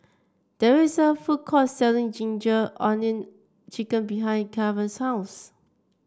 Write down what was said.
there is a food court selling Ginger Onions chicken behind Kavon's house